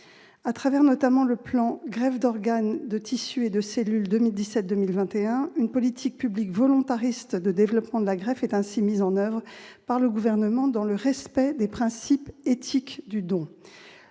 À travers notamment le plan Greffe d'organes, de tissus et de cellules 2017-2021, une politique publique volontariste de développement de la greffe est mise en oeuvre par le Gouvernement, dans le respect des principes éthiques du don.